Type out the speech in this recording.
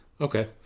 Okay